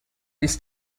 this